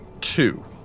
two